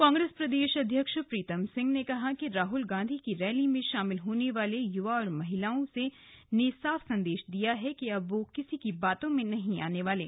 कांग्रेस प्रदेश अध्यक्ष प्रीतम सिंह ने कहा कि राहल गांधी की रैली में शामिल होने आये युवा और महिलाओं ने साफ संदेश दे दिया है कि अब वह किसी की बातों में नहीं आने वाले